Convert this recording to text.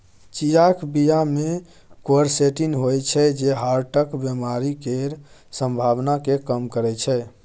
चियाक बीया मे क्वरसेटीन होइ छै जे हार्टक बेमारी केर संभाबना केँ कम करय छै